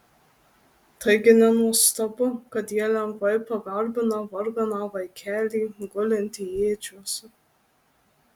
taigi nenuostabu kad jie lengvai pagarbina varganą vaikelį gulintį ėdžiose